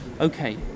Okay